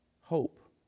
hope